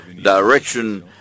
direction